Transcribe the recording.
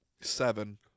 seven